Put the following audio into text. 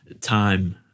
time